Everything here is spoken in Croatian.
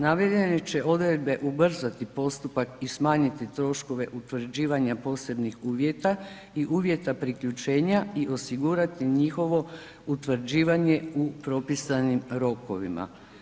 Navedene će odredbe ubrzati postupak i smanjiti troškove utvrđivanja posebnih uvjeta i uvjeta priključenja i osigurati njihovo utvrđivanje u propisanim rokovima.